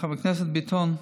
חבר הכנסת ביטון,